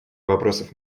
вопросов